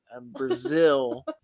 Brazil